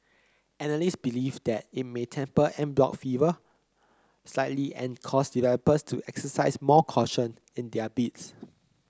analysts believe that it may temper en bloc fervour slightly and cause developers to exercise more caution in their bids